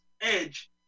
edge